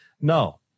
No